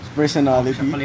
personality